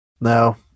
No